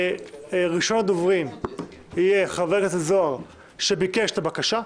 ראשון הדוברים יהיה חבר הכנסת זוהר שביקש את הבקשה.